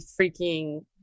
freaking